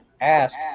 ask